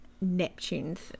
Neptune's